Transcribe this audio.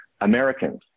Americans